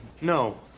No